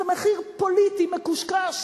זה מחיר פוליטי מקושקש